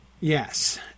Yes